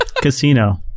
Casino